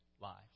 lives